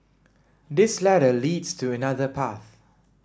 this ladder leads to another path